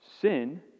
Sin